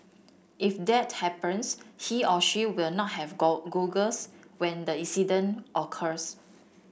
if that happens he or she will not have goggles when the incident occurs